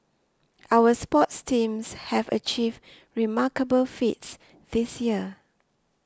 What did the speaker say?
our sports teams have achieved remarkable feats this year